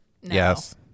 Yes